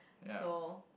so